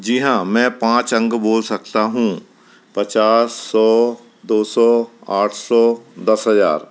जी हाँ मैं पाँच अंक बोल सकता हूँ पचास सौ दो सौ आठ सौ दस हजार